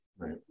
Right